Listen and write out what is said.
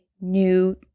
new